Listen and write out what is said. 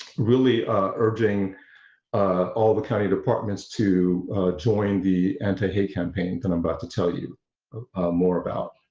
really urging all the county departments to join the anti hate campaign that i'm about to tell you more about.